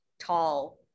tall